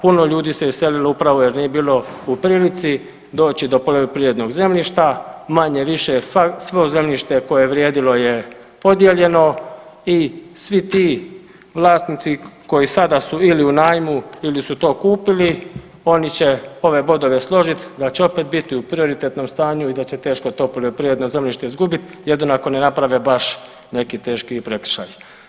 Puno ljudi se iselilo upravo jer nije bilo u prilici doći do poljoprivrednog zemljišta manje-više svo zemljište koje vrijedilo je podijeljeno i svi ti vlasnici koji sada su ili u najmu ili su to kupili oni će ove bodove složit da će opet biti u prioritetnom stanju i sa će teško to poljoprivredno zemljište izgubit, jedino ako ne naprave baš neki teški prekršaj.